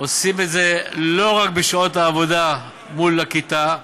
עושים את זה לא רק בשעות העבודה מול הכיתה,